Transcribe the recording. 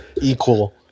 Equal